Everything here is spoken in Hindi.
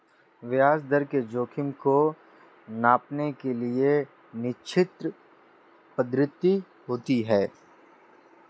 ब्याज दर के जोखिम को मांपने के लिए निश्चित पद्धति होती है